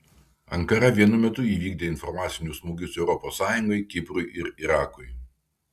ankara vienu metu įvykdė informacinius smūgius europos sąjungai kiprui ir irakui